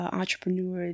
entrepreneur